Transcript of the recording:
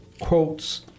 quotes